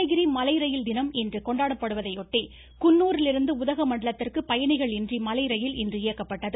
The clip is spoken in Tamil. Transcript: நீலகிரி மலைரயில் தினம் இன்று கொண்டாடப்படுவதை ஒட்டி குன்னூரிலிருந்து உதகமண்டலத்திற்கு பயணிகள் இன்றி மலைரயில் இன்று இயக்கப்பட்டது